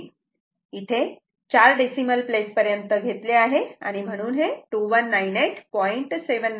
इथे चार decimal place पर्यंत घेतला आहे आणि म्हणून हे 2198